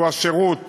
שהוא השירות